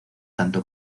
tanto